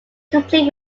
complete